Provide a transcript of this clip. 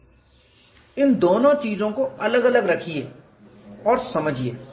इसलिए इन दोनों चीजों को अलग अलग रखिए और समझिए